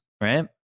right